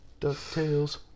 DuckTales